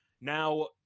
Now